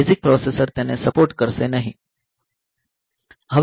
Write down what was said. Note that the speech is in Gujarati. બેઝિક પ્રોસેસર તેને સપોર્ટ કરશે નહીં